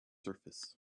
surface